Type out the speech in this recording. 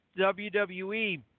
WWE